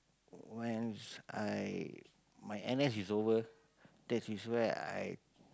when I my n_s is over that is where I